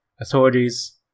authorities